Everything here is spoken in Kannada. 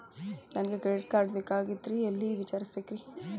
ನನಗೆ ಕ್ರೆಡಿಟ್ ಕಾರ್ಡ್ ಬೇಕಾಗಿತ್ರಿ ಎಲ್ಲಿ ವಿಚಾರಿಸಬೇಕ್ರಿ?